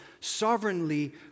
sovereignly